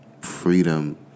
Freedom